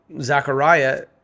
Zachariah